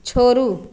छोड़ू